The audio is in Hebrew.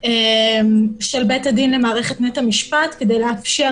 של בית-הדין למערכת נט המשפט כדי לאפשר